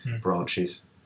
branches